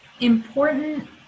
important